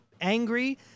angry